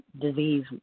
disease